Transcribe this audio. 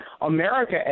America